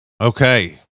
Okay